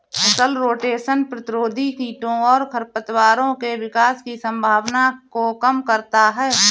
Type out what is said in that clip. फसल रोटेशन प्रतिरोधी कीटों और खरपतवारों के विकास की संभावना को कम करता है